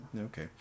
Okay